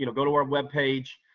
you know go to our webpage.